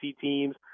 teams